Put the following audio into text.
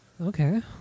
Okay